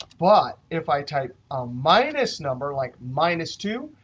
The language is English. but if i type a minus number, like minus two,